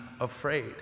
afraid